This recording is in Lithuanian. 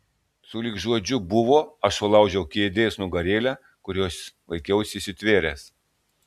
sulig žodžiu buvo aš sulaužiau kėdės nugarėlę kurios laikiausi įsitvėręs